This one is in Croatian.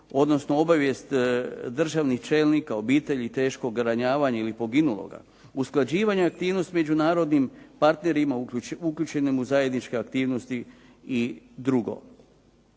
odnosno obavijest državnih čelnika obitelji teško ranjenog ili poginulog, usklađivanje aktivnosti međunarodnim partnerima uključenim u zajedničke aktivnosti i dr.